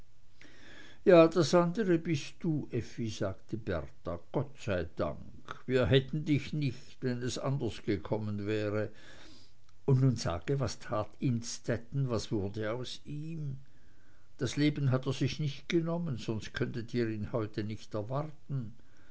ja das andere bist du effi sagte bertha gott sei dank wir hätten dich nicht wenn es anders gekommen wäre und nun sage was tat innstetten was wurde aus ihm das leben hat er sich nicht genommen sonst könntet ihr ihn heute nicht erwarten